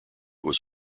was